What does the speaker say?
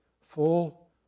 full